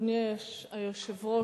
אדוני היושב-ראש,